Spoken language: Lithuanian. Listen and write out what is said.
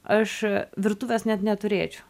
aš virtuvės net neturėčiau